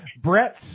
Brett